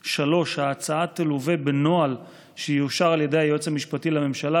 3. ההצעה תלווה בנוהל שיאושר על ידי היועץ המשפטי לממשלה,